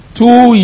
two